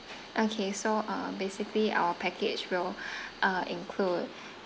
okay so uh basically our package will uh include